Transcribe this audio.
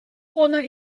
honour